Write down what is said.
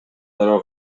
дароо